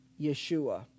Yeshua